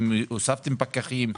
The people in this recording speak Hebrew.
האם הוספתם פקחים,